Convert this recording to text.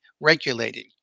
regulating